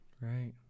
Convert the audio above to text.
right